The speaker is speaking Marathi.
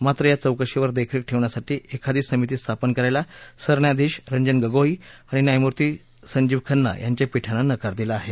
मात्र या चौकशीवर देखरेख ठेवण्यासाठी एखादी समिती स्थापन करायला सरन्यायाधीश रंजन गोगोई आणि न्यायमूर्ती संजीव खन्ना यांच्या पीठानं नकार दिला आहे